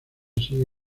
sigue